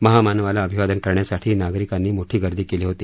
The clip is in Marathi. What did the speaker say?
महामानावाला अभिवादन करण्यासाठी नागरिकांनी मोठी गर्दी केली होती